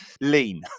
Lean